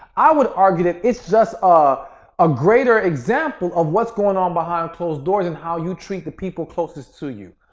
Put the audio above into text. i would argue that it's just ah a greater example of what's going on behind closed doors and how you treat the people closest to you,